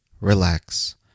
relax